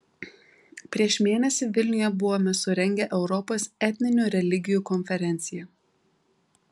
prieš mėnesį vilniuje buvome surengę europos etninių religijų konferenciją